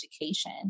education